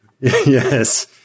Yes